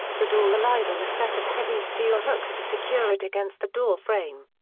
the door relied on a set of heavy steel hooks to secure it against the door frame.